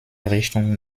richtung